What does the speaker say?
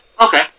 Okay